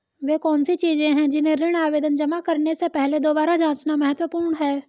वे कौन सी चीजें हैं जिन्हें ऋण आवेदन जमा करने से पहले दोबारा जांचना महत्वपूर्ण है?